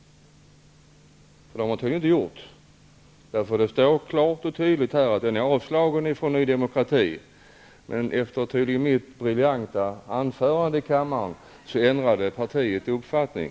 Det har man tydligen inte gjort. Det står klart och tydligt här att den är avstyrkt av Ny demokrati. Efter mitt tydligen briljanta anförande i kammaren har partiet ändrat uppfattning.